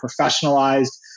professionalized